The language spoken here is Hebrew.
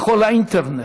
בכל האינטרנט,